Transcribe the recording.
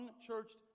unchurched